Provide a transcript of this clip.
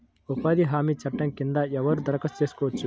ఉపాధి హామీ చట్టం కింద ఎవరు దరఖాస్తు చేసుకోవచ్చు?